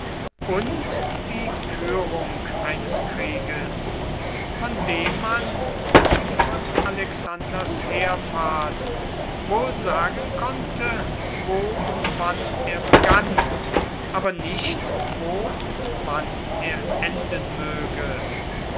und die führung eines krieges von dem man wie von alexanders heerfahrt wohl sagen konnte wo und wann er begann aber nicht wo und wann er enden möge